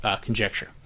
conjecture